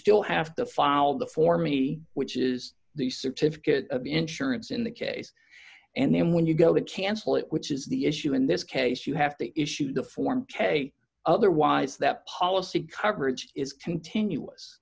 still have to file the for me which is the certificate of insurance in the case and then when you go to cancel it which is the issue in this case you have to issue the form pay otherwise that policy coverage is continuous